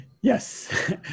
Yes